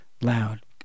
loud